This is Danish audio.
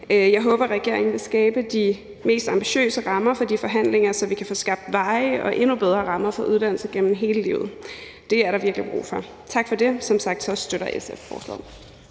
Jeg håber, at regeringen vil skabe de mest ambitiøse rammer for de forhandlinger, så vi kan få skabt varige og endnu bedre rammer for uddannelse gennem hele livet. Det er der virkelig brug for. Tak for det. Som sagt støtter SF forslaget.